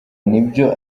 nibyo